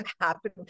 happen